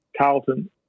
Carlton